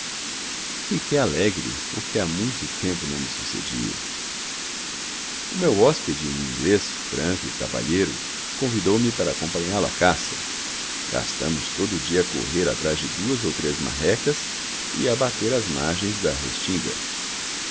fiquei alegre o que havia muito tempo não me sucedia o meu hóspede um inglês franco e cavalheiro convidou-me para acompanhá-lo à caça gastamos todo o dia a correr atrás de duas ou três marrecas e a bater as margens da restinga